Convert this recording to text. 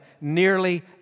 nearly